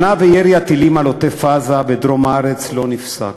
שנה, וירי הטילים על עוטף-עזה בדרום הארץ לא נפסק.